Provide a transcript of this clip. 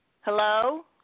Hello